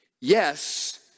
yes